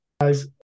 Guys